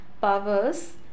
powers